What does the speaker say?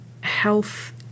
health